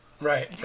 Right